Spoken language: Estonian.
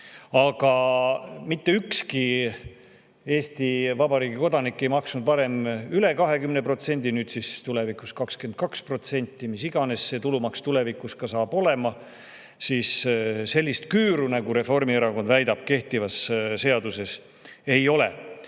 Mitte ükski Eesti Vabariigi kodanik ei maksnud varem tulumaksu üle 20%, nüüd siis tulevikus 22% või mis iganes see tulumaks tulevikus saab olema. Sellist küüru, nagu Reformierakond väidab, kehtivas seaduses ei ole.